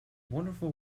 wonderful